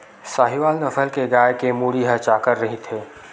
साहीवाल नसल के गाय के मुड़ी ह चाकर रहिथे